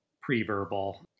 pre-verbal